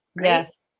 Yes